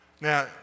Now